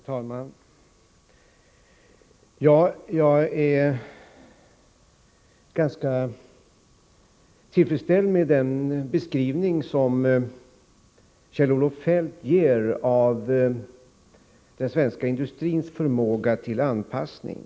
Herr talman! Jag är ganska tillfredsställd med den beskrivning som Onsdagen den Kjell-Olof Feldt ger av den svenska industrins förmåga till anpassning.